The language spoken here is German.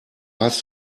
hast